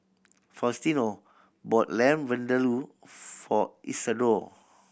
Faustino bought Lamb Vindaloo for Isadore